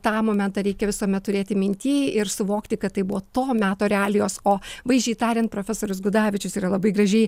tą momentą reikia visuomet turėti minty ir suvokti kad tai buvo to meto realijos o vaizdžiai tariant profesorius gudavičius yra labai gražiai